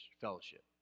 fellowship